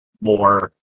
more